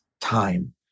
time